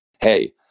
hey